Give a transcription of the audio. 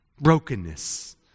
brokenness